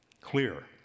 clear